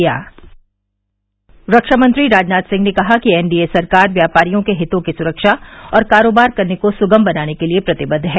प्रशासन के लिए कि रक्षा मंत्री राजनाथ सिंह ने कहा कि एन डी ए सरकार व्यापारियों के हितों की सुखा और कारोबार करने को सुगम बनाने के लिए प्रतिबद्व है